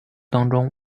当中